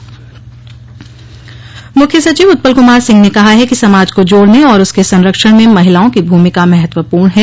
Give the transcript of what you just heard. कार्यक्रम मुख्य सचिव उत्पल कुमार सिंह ने कहा है कि समाज को जोड़ने और उसके संरक्षण में महिलाओं की भूमिका महत्वपूर्ण है